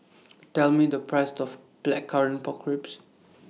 Tell Me The Price of Blackcurrant Pork Ribs